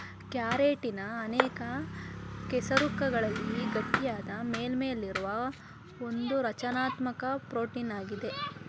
keratin ಅನೇಕ ಕಶೇರುಕಗಳಲ್ಲಿನ ಗಟ್ಟಿಯಾದ ಮೇಲ್ಮೈಯಲ್ಲಿರುವ ಒಂದುರಚನಾತ್ಮಕ ಪ್ರೋಟೀನಾಗಿದೆ